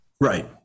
right